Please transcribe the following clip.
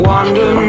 Wonder